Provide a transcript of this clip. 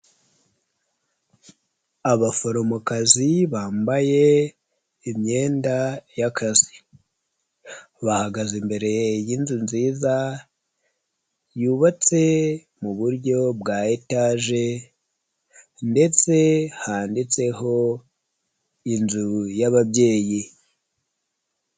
Abaforomokazi bambaye imyenda y'akazi bahagaze imbere y'inzu nziza yubatse muburyo bwa etaje ndetse handitseho inzu y'ababyeyi.